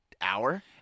hour